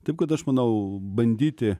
taip kad aš manau bandyti